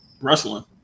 wrestling